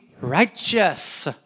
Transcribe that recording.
righteous